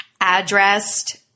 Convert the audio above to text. addressed